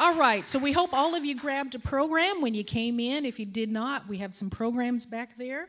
all right so we hope all of you grabbed a program when you came in if you did not we have some programs back there